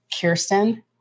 Kirsten